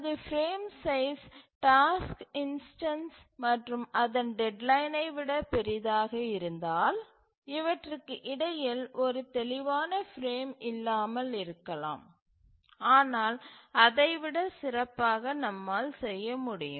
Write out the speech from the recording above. நமது frame size task instance மற்றும் அதன் டெட்லைனை விட பெரியதாக இருந்தால் இவற்றுக்கு இடையில் ஒரு தெளிவான பிரேம் இல்லாமல் இருக்கலாம் ஆனால் அதை விட சிறப்பாக நம்மால் செய்ய முடியும்